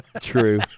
True